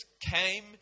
came